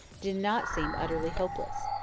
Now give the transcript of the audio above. did not seem utterly hopeless.